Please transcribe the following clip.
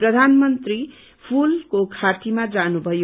प्रधानमन्त्री फूलको घाटीमा जानुभयो